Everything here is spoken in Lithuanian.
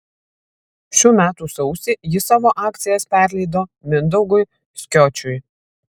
šių metų sausį ji savo akcijas perleido mindaugui skiočiui